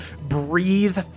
breathe